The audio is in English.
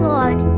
Lord